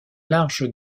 large